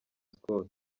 skol